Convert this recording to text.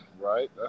right